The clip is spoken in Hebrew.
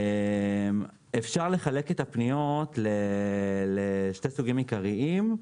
אפשר לחלק את הפניות לשני קווים עיקריים.